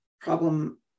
problem